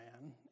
man